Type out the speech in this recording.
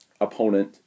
opponent